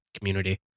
community